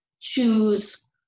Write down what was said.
choose